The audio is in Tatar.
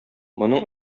моның